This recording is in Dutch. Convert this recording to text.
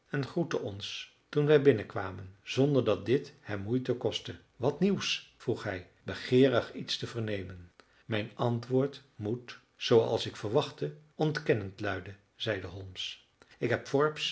en groette ons toen wij binnenkwamen zonder dat dit hem moeite kostte illustratie wat nieuws vroeg hij wat nieuws vroeg hij begeerig iets te vernemen mijn antwoord moet zooals ik verwachtte ontkennend luiden zeide holmes ik heb